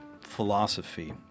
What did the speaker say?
philosophy